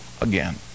again